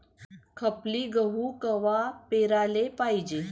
खपली गहू कवा पेराले पायजे?